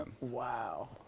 Wow